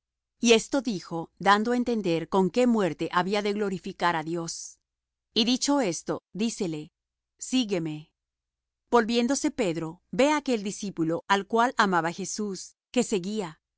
y esto dijo dando á entender con qué muerte había de glorificar á dios y dicho esto dícele sígueme volviéndose pedro ve á aquel discípulo al cual amaba jesús que seguía